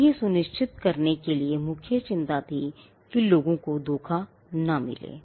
अब यह सुनिश्चित करने के लिए मुख्य चिंता थी कि लोगों को धोखा न मिले